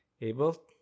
able